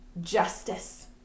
justice